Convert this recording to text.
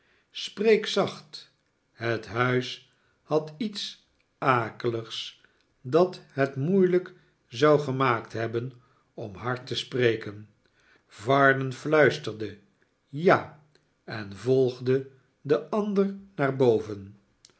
spreek zacht het huis had iets akeligs dat het moeielijk zou gemaakt hebben om hard te spreken varden fluisterde ja en volgde den ander naar boven